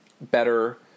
better